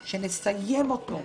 תודה.